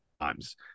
times